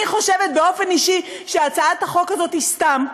אני חושבת באופן אישי שהצעת החוק הזאת היא סתם,